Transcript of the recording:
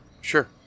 Sure